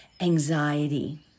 anxiety